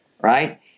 Right